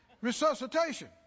resuscitation